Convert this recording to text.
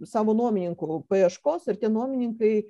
savo nuomininkų paieškos ir tie nuomininkai